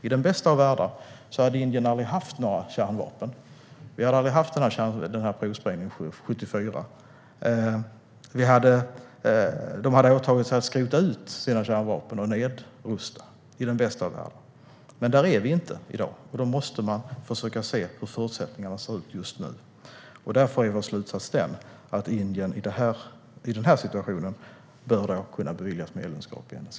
I den bästa av världar hade Indien aldrig haft några kärnvapen, och provsprängningen 1974 hade aldrig ägt rum. I den bästa av världar hade Indien åtagit sig att skrota ut sina kärnvapen och att nedrusta. Där är vi dock inte i dag, och då måste man försöka att se hur förutsättningarna ser ut just nu. Därför är vår slutsats att Indien, i denna situation, bör kunna beviljas medlemskap i NSG.